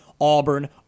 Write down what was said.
Auburn